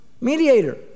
mediator